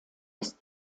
ist